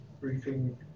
briefing